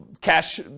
cash